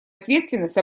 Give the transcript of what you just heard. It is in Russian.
ответственность